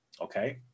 okay